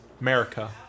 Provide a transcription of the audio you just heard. America